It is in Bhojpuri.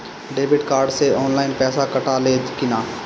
डेबिट कार्ड से ऑनलाइन पैसा कटा ले कि ना?